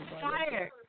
fire